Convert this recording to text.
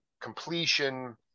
completion